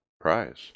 prize